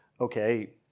okay